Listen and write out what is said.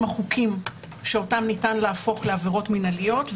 החוקים שאותם ניתן להפוך לעבירות מינהליות,